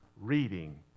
reading